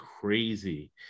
crazy